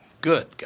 Good